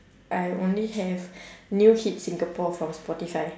I only have new hits singapore from spotify